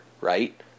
right